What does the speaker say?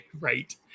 Right